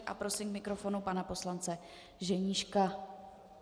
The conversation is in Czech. A prosím k mikrofonu pana poslance Ženíška.